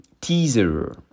teaser